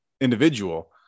individual